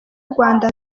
urwanda